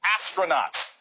astronauts